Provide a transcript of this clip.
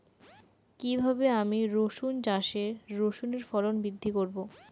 কীভাবে আমি রসুন চাষে রসুনের ফলন বৃদ্ধি করব?